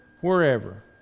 wherever